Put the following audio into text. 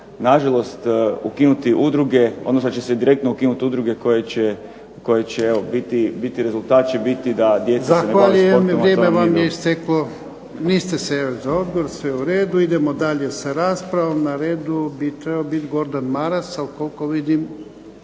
nažalost ukinuti udruge odnosno da će se direktno ukinuti udruge koje će biti rezultati ... /Govornik se ne razumije./ ... **Jarnjak, Ivan (HDZ)** Zahvaljujem, vrijeme vam je isteklo. Niste se javili za odgovor, sve u redu. Idemo dalje sa raspravom. Na redu bi trebao biti Gordan Maras, ali koliko vidim